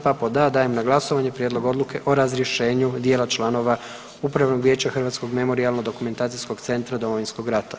Pa pod A) dajem na glasovanje Prijedlog odluke o razriješenu dijela članova Upravnog vijeća Hrvatskog memorijalno-dokumentacijskog centra Domovinskog rata.